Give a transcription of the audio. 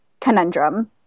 conundrum